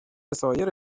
سایر